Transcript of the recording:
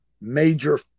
major